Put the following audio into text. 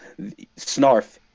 Snarf